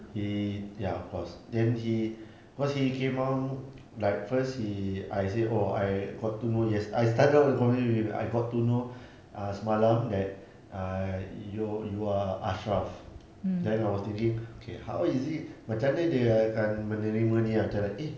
he ya of course then he cause he come down like first he I said oh I got to know yes~ I started off the conversation with him I got to know uh semalam that err you you are ashraf then I was thinking okay how is it macam mana dia akan menerima ini ah cara eh